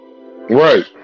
Right